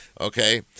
okay